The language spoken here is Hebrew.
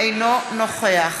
אינו נוכח